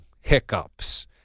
hiccups